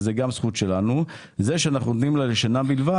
זה שאנחנו נותנים לה לשנה בלבד,